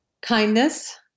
Kindness